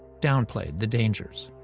downplayed the dangers.